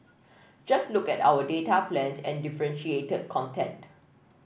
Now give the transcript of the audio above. just look at our data plans and differentiated content